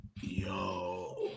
Yo